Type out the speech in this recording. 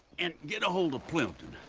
and get a hold of plimpton.